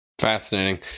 fascinating